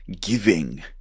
giving